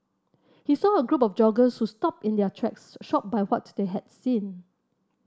he saw a group of joggers who stopped in their tracks shocked by what they had seen